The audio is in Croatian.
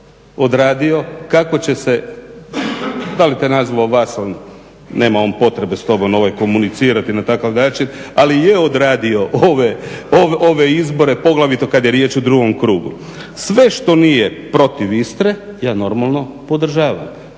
kako će se da li te … nema on potrebe s tobom komunicirati na takav način, ali je odradio ove izbore poglavito kada je riječ o drugom krugu. Sve što nije protiv Istre ja normalno podržavam.